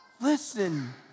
Listen